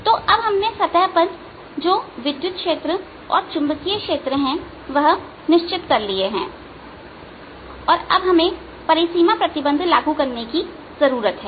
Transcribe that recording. तोअब हमने सतह पर जो विद्युत क्षेत्र और चुंबकीय क्षेत्र हैं वह निश्चित कर लिए हैं और अब हमें परिसीमा प्रतिबंध लागू करने की जरूरत है